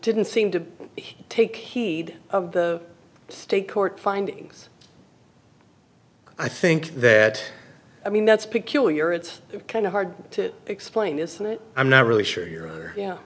didn't seem to take heed of the state court findings i think that i mean that's peculiar it's kind of hard to explain isn't it i'm not really sure you